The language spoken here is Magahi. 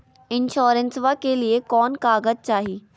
इंसोरेंसबा के लिए कौन कागज चाही?